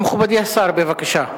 מכובדי השר, בבקשה.